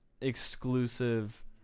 exclusive